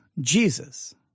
Jesus